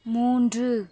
மூன்று